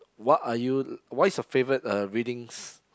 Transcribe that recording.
what are you what is your favourite uh readings